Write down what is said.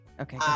Okay